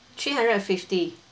three hundred and fifty